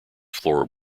floor